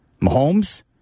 Mahomes